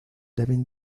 deben